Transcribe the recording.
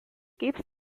keeps